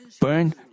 burn